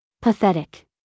Pathetic